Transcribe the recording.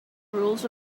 rules